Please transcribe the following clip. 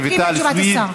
אנחנו מסתפקים בתשובת השר.